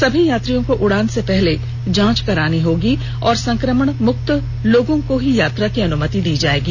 सभी यात्रियों को उड़ान से पहले जांच करानी होगी और संक्रमण मुक्त लोगों को ही यात्रा की अनुमति दी जायेगी